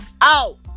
out